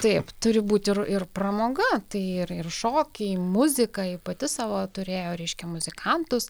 taip turi būti ir ir pramoga tai ir ir šokiai muzika ji pati savo turėjo reiškia muzikantus